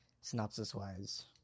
synopsis-wise